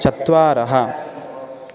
चत्वारः